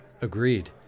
Agreed